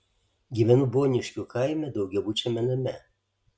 gyvenu boniškių kaime daugiabučiame name